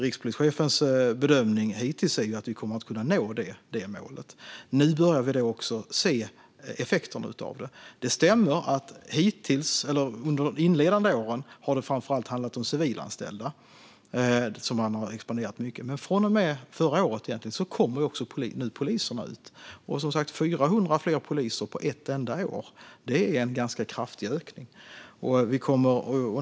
Rikspolischefens bedömning hittills är att vi kommer att nå målet. Nu börjar vi också se effekterna. Det stämmer att det under de inledande åren har handlat om att expandera framför allt civilanställda. Men från och med förra året kommer poliserna ut, och 400 fler poliser på ett enda år är en kraftig ökning.